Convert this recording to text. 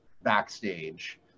backstage